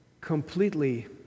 completely